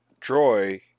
Troy